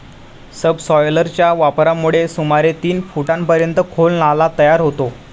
सबसॉयलरच्या वापरामुळे सुमारे तीन फुटांपर्यंत खोल नाला तयार होतो